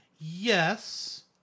Yes